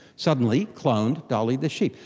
suddenly cloned dolly the sheep.